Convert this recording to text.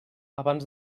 abans